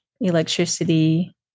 electricity